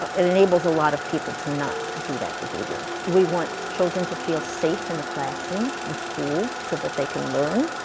it enables a lot of people to not do that behavior. we want children to feel safe in the classroom, in school, so that they can learn.